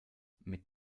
mit